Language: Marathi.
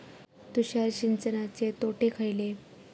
तुषार सिंचनाचे तोटे खयले?